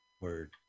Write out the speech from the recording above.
Word